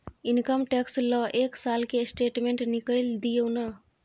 Income tax ल एक साल के स्टेटमेंट निकैल दियो न?